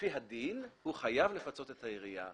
לפי הדין הוא חייב לפצות את העירייה.